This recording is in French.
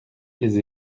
les